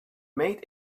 made